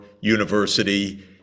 university